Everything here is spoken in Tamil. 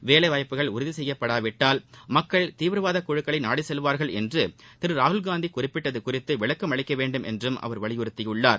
வேலை வாய்ப்புகள் உறுதி செய்யப்படாவிட்டால் மக்கள் தீவிரவாத குழுக்களை நாடி செல்வார்கள் என்று திரு ராகுல் காந்தி குறிப்பிட்டது குறித்து விளக்கம் அளிக்க வேண்டும் என்றும் அவர் வலியுறுத்தியுள்ளார்